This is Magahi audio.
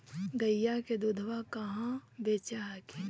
गईया के दूधबा कहा बेच हखिन?